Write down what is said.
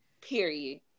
Period